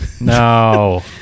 No